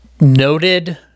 noted